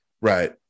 right